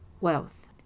wealth